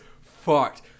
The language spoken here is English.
fucked